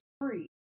free